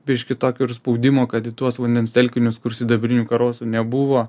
biški tokio ir spaudimo kad į tuos vandens telkinius kur sidabrinių karosų nebuvo